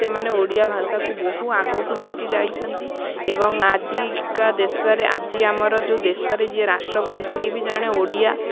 ସେମାନେ ଓଡ଼ିଆ ଭାଷାକୁ ବହୁ ଆଗକୁ ନେଇକି ଯାଇଛନ୍ତି ଏବଂ ଆଜିକା ଦେଶରେ ଆଜି ଆମର ଯେଉଁ ଦେଶରେ ଯିଏ ରାଷ୍ଟ୍ରପତି ସିଏ ବି ଜଣେ ଓଡ଼ିଆ